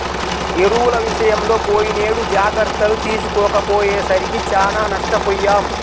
ఎరువుల విషయంలో పోయినేడు జాగర్తలు తీసుకోకపోయేసరికి చానా నష్టపొయ్యాం